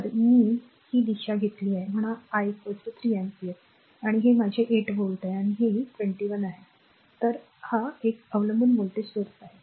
तर मी ही दिशा घेतली आहे म्हणा I 3 अँपिअर आणि हे माझे 8 व्होल्ट आहे आणि हे r 2 I आहे हे एक अवलंबून व्होल्टेज स्त्रोत आहे